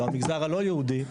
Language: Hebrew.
במגזר הלא יהודי,